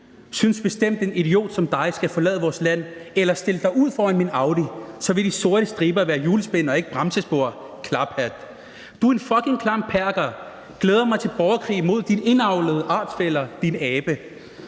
synes bestemt, en idiot som dig skal forlade vores land eller stille sig ud foran min Audi, så vil de sorte striber være hjulspind og ikke bremsespor, klaphat. Du er en fucking klam perker, glæder mig til borgerkrig imod dine indavlede artsfæller, din abe.